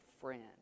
friend